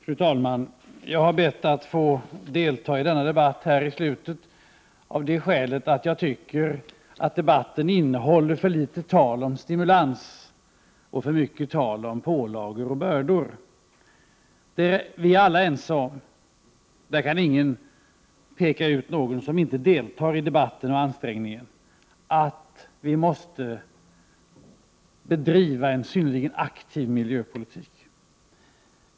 Fru talman! Jag har bett att få delta i slutet på denna debatt av det skälet att jag tycker att debatten innehåller för litet tal om stimulans och för mycket tal om pålagor och bördor. Vi är alla ense om att vi måste driva en synnerligen aktiv miljöpolitik. Man kan inte peka på någon som inte deltar i debatten om eller ansträngningarna för den.